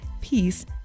peace